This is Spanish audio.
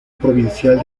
provincial